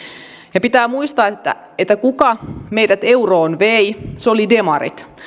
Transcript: ja pitää muistaa kuka meidät euroon vei se oli demarit